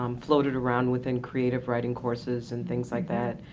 um floated around within creative writing courses, and things like that,